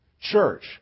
church